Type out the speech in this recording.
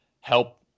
help